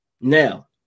Now